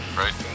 right